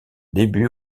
début